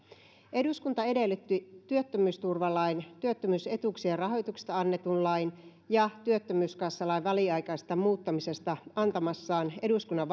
eduskunta edellytti työttömyysturvalain työttömyysetuuksien rahoituksesta annetun lain ja työttömyyskassalain väliaikaisesta muuttamisesta antamassaan eduskunnan